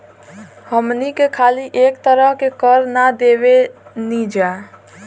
हमनी के खाली एक तरह के कर ना देबेनिजा